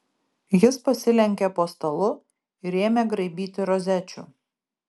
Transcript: jis pasilenkė po stalu ir ėmė graibyti rozečių